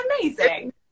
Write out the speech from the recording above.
amazing